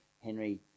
Henry